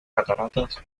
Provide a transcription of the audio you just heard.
cataratas